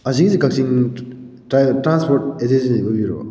ꯑꯁꯤꯒꯤꯁꯦ ꯀꯛꯆꯤꯡ transport agency ꯑꯣꯏꯕꯤꯔꯕꯣ